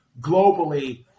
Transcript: globally